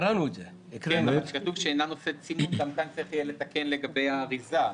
כתוב "שאינה נושאת סימון" גם כאן יהיה צריך לתקן לגבי האריזה.